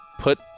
put